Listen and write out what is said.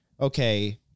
okay